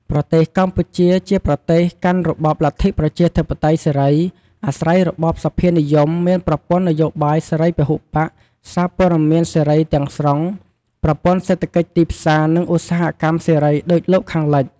ប្រទេសកម្ពុជា ជាប្រទេសកាន់របបលទ្ធិប្រជាធិបតេយ្យសេរី អាស្រ័យរបបសភានិយម មានប្រព័ន្ធនយោបាយសេរីពហុបក្ស សារព័ត៌មានសេរីទាំងស្រុង ប្រព័ន្ធសេដ្ឋកិច្ចទីផ្សារ និងឧស្សាហកម្មសេរីដូចលោកខាងលិច។ ។